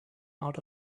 out